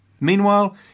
Meanwhile